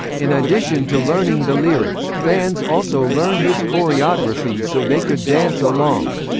in addition to learning the lyrics, fans also learned his choreography so they could dance along.